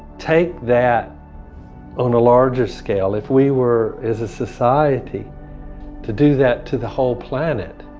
take that on a larger scale if we were as a society to do that to the whole planet,